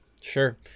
Sure